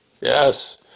yes